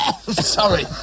sorry